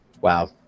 wow